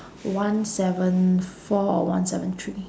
one seven four or one seven three